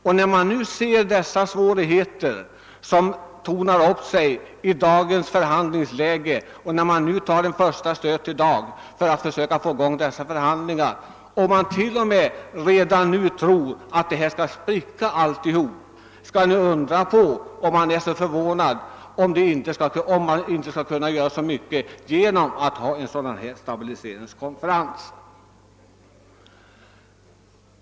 Då vi ser hur svårigheterna tornar upp sig i dagens förhandlingsläge när den första ansträngningen görs för att få i gång förhandlingar och då man till och med redan nu tror att alltihop skall spricka är det inte att undra på att vi inte tror att så mycket skall kunna åstadkommas genom en sådan stabiliseringskonferens.